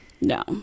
No